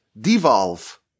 devolve